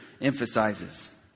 emphasizes